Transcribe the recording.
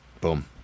boom